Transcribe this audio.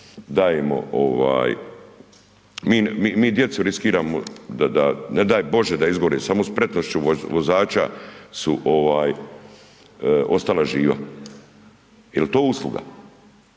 je plaćeno. MI djecu riskiramo da ne daj Bože da izgore, samo spretnošću vozača su ostala živa. Jel to usluga?